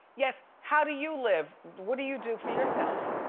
yes, how do you live? what do you do for yourself?